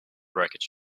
wreckage